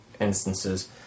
instances